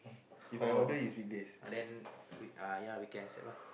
uh and then we uh ya we can accept ah